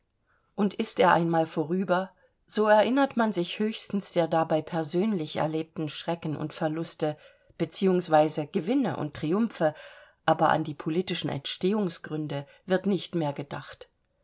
und ist er einmal vorüber so erinnert man sich höchstens der dabei persönlich erlebten schrecken und verluste beziehungsweise gewinne und triumphe aber an die politischen entstehungsgründe wird nicht mehr gedacht